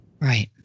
Right